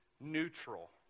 neutral